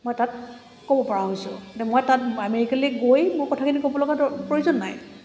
মই তাত ক'ব পৰা হৈছোঁ এতিে মই তাত আমেৰিকালৈ গৈ মোৰ কথাখিনি ক'বলগা প্ৰয়োজন নাই